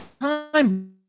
time